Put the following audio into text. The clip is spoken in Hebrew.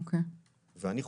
ואני חושב,